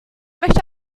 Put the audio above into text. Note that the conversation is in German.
möchte